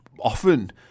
often